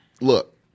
look